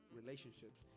relationships